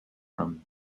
from